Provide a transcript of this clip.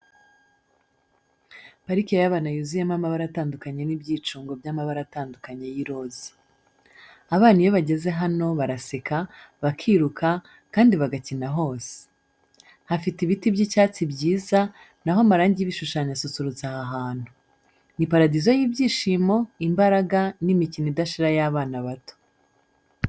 Parike y’abana yuzuyemo amabara atandukanye n'ibyicungo by'amabara atandukanye y'iroza. Abana iyo bageze hano baraseka, bakiruka, kandi bagakina hose. Hafite ibiti by'icyatsi byiza, na ho amarangi y’ibishushanyo asusurutsa aha hantu. Ni paradizo y’ibyishimo, imbaraga, n’imikino idashira y'abana bato.